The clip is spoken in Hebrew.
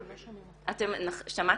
אתם שמעתם?